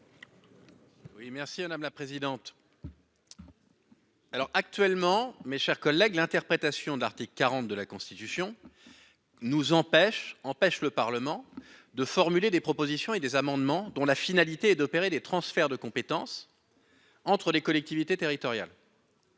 Oui merci madame la présidente. Alors actuellement, mes chers collègues, l'interprétation de l'article 40 de la Constitution. Nous empêche empêche le Parlement de formuler des propositions et des amendements dont la finalité est d'opérer des transferts de compétence. Entre les collectivités territoriales.